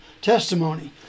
testimony